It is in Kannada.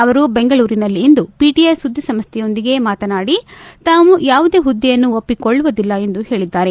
ಅವರು ಬೆಂಗಳೂರಿನಲ್ಲಿಂದು ಪಿಟಿಐ ಸುದ್ದಿಸಂಸ್ಥೆಯೊಂದಿಗೆ ಮಾತನಾಡಿ ತಾವು ಯಾವುದೇ ಹುದ್ದೆಯನ್ನು ಒಪ್ಪಿಕೊಳ್ಳುವುದಿಲ್ಲ ಎಂದು ಹೇಳಿದ್ದಾರೆ